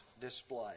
display